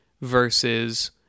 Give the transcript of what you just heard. versus